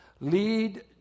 lead